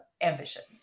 ambitions